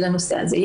לנושא הזה.